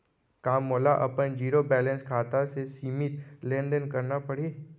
का मोला अपन जीरो बैलेंस खाता से सीमित लेनदेन करना पड़हि?